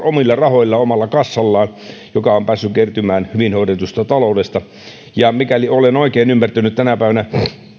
omilla rahoillaan omalla kassallaan joka on päässyt kertymään hyvin hoidetusta taloudesta ja mikäli olen oikein ymmärtänyt tänä päivänä